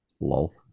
lol